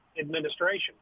administration